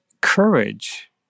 courage